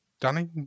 Danny